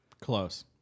Close